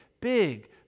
big